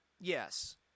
yes